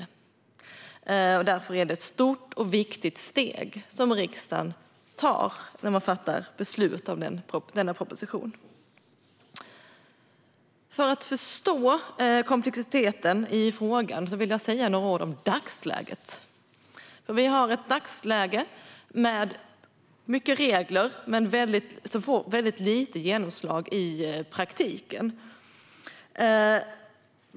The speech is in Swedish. Därför är det ett stort och viktigt steg som riksdagen tar när man fattar beslut om denna proposition. För att förstå komplexiteten i frågan vill jag säga några ord om dagsläget. Vi har ett dagsläge med många regler men som får väldigt lite genomslag i praktiken.